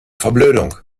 verblödung